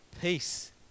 peace